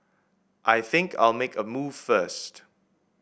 I think I'll make a move first